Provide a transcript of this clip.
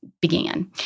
began